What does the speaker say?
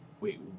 wait